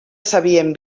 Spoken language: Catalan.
sabien